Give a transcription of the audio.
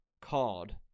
card